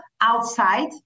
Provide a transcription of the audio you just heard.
outside